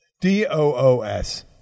D-O-O-S